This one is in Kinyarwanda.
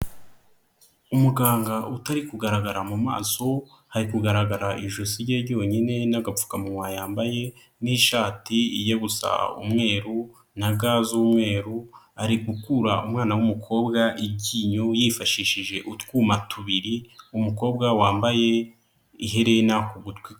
Umuganga utari kugaragara mu maso hari kugaragara ijosi rye ryonyine n'agapfukamunwa yambaye n'ishati ijya gusa umweru na ga z'umweru ari gukura umwana w'umukobwa iryinyo yifashishije utwuma tubiri umukobwa wambaye iherena ku gutwi.